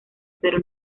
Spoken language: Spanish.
pero